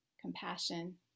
compassion